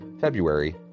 February